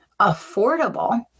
affordable